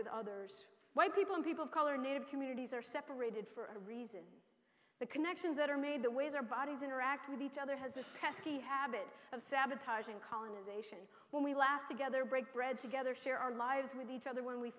with others white people and people of color native communities are separated for a reason the connections that are made the ways our bodies interact with each other has this pesky habit of sabotaging colonisation when we laugh together break bread together share our lives with each other when we